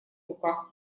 руках